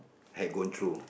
had gone through